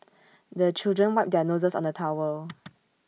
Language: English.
the children wipe their noses on the towel